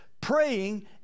praying